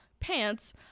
pants